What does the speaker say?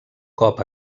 cop